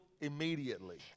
immediately